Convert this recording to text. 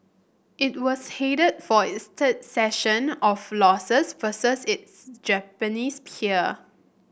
it was headed for its third session of losses versus its Japanese peer